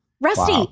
rusty